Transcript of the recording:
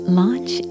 launch